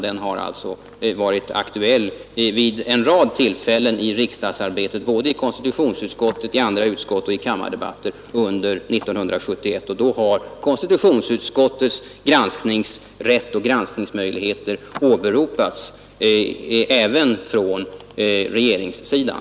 Den har varit aktuell vid en rad tillfällen under riksdagsarbetet 1971, såväl i konstitutionsutskottet som i andra utskott och även i kammarens debatter, då konstitutionsutskottets granskningsrätt och granskningsmöjligheter har åberopats även av regeringssidan.